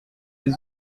les